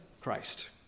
Christ